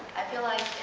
i feel like